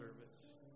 service